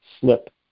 slip